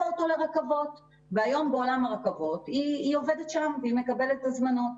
אותו לרכבות והיום היא עובדת בעולם הרכבת ומקבלת הזמנות.